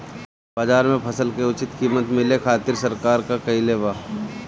बाजार में फसल के उचित कीमत मिले खातिर सरकार का कईले बाऽ?